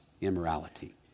immorality